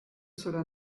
cela